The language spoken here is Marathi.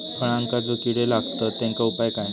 फळांका जो किडे लागतत तेनका उपाय काय?